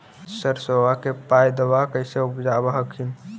सरसोबा के पायदबा कैसे उपजाब हखिन?